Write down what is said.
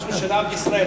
אף ראש ממשלה בישראל,